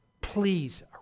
please